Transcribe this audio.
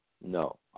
No